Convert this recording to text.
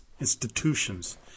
institutions